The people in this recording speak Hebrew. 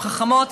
הן חכמות,